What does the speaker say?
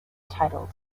titled